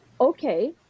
Okay